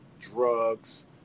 drugs